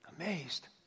Amazed